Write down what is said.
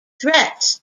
threats